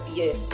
yes